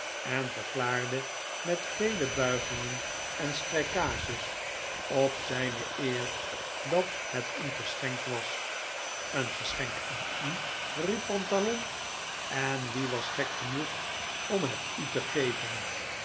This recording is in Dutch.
en verklaarde met vele buigingen en strijkages op zijne eer dat het een geschenk was een geschenk aan u riep pantalon en wie was gek genoeg om het u te geven